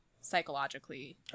psychologically